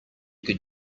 could